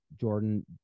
Jordan